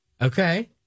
Okay